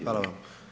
Hvala vam.